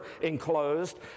enclosed